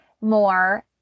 more